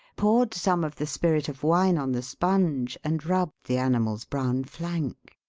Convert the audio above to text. poured some of the spirit of wine on the sponge and rubbed the animal's brown flank.